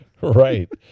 Right